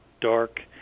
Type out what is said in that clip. dark